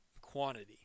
quantity